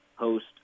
host